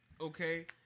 Okay